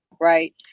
right